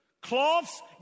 Cloths